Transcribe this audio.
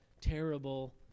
terrible